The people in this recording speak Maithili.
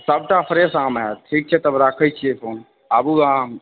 सभटा फ्रेश आम होयत ठीक छै तब राखैत छियै फोन आबू अहाँ